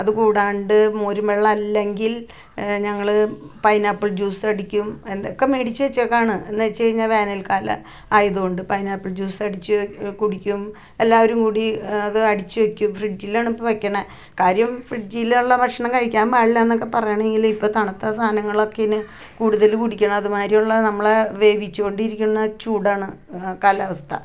അതും കൂടാണ്ട് മോരും വെള്ളം അല്ലങ്കിൽ ഞങ്ങള് പൈനാപ്പിൾ ജ്യൂസടിക്കും അതൊക്കെ മേടിച്ച് വച്ചേക്കുവാന് എന്ന് വച്ച് കഴിഞ്ഞാൽ വേനൽക്കാലം ആയത് കൊണ്ട് പൈനാപ്പിൾ ജ്യൂസടിച്ച് കുടിക്കും എല്ലാവരും കൂടി അത് അടിച്ച് വക്കും ഫ്രിഡ്ജിലാണ് ഇപ്പം വയ്ക്കുന്നത് കാര്യം ഈ ഫ്രിഡ്ജിലുള്ള ഭക്ഷണം കഴിക്കാൻ പാടില്ല എന്നൊക്കെ പറയണങ്കില് ഇപ്പം തണുത്ത സാധനങ്ങളൊക്കെ കൂടുതലും കുടിക്കുന്നത് മാതിരിയുള്ള നമ്മളെ വേവിച്ചു കൊണ്ടിരിക്കുന്ന ചൂടാണ് കാലാവസ്ഥ